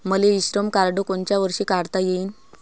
मले इ श्रम कार्ड कोनच्या वर्षी काढता येईन?